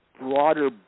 broader